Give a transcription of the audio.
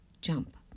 jump